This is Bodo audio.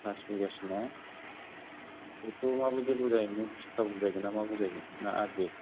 पास बिगासो ना बेखौ माबायदि बुजायगोन थिखा बुजायगोन ना मा बुजायगोन ना आदि